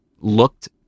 looked